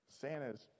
Santa's